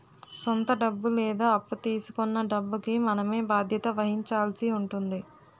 సొంత డబ్బు లేదా అప్పు తీసుకొన్న డబ్బుకి మనమే బాధ్యత వహించాల్సి ఉంటుంది